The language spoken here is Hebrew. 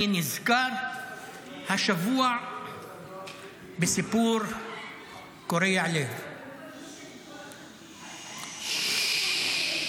אני נזכר השבוע בסיפור קורע לב על (אומר דברים בשפה הערבית:).